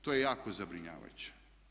To je jako zabrinjavajuće.